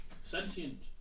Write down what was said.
sentient